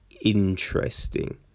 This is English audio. interesting